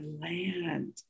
land